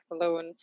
alone